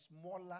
smaller